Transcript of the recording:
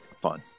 fun